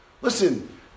Listen